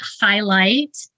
highlight